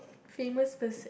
famous